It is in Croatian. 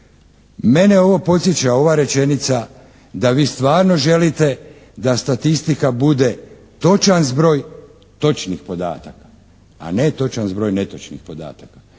Mene ovo podsjeća, ova rečenica da vi stvarno želite da statistika bude točan zbroj točnih podataka, a ne točan zbroj netočnih podataka.